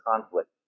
conflict